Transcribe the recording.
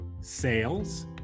sales